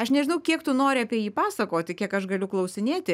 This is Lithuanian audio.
aš nežinau kiek tu nori apie jį pasakoti kiek aš galiu klausinėti